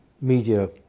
media